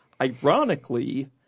Ironically